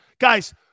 Guys